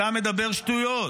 אתה מדבר שטויות,